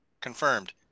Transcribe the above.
confirmed